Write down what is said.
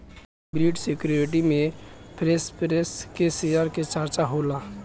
hybrid security में preference share के चर्चा होला